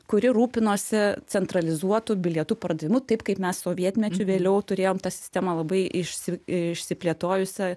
kuri rūpinosi centralizuotų bilietų pardavimu taip kaip mes sovietmečiu vėliau turėjom tą sistemą labai išsi išsiplėtojusią